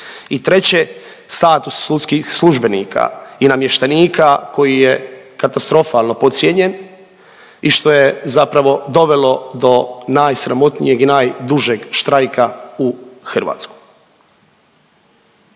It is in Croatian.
I treće, status sudskih službenika i namještenika koji je katastrofalno podcijenjen i što je zapravo dovelo do najsramotnijeg i najdužeg štrajka u Hrvatskoj.